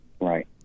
Right